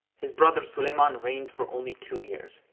his brother sulayman reigned for only two years.